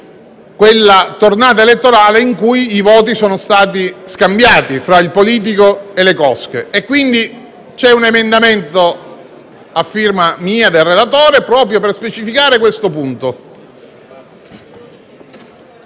quella tornata elettorale in cui i voti sono stati scambiati tra il politico e le cosche. È stato quindi presentato un emendamento a mia firma proprio per specificare questo punto.